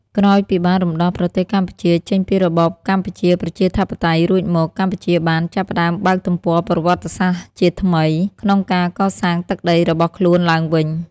ក្រោយពីបានរំដោះប្រទេសកម្ពុជាចេញពីរបបកម្ពុជាប្រជាធិបតេយ្យរួចមក កម្ពុជាបាន ចាប់ផ្តើមបើកទំព័រប្រវិត្តសាស្ត្រជាថ្មី ក្នុងការកសាងទឹកដីរបស់ខ្លួនឡើងវិញ។